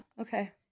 Okay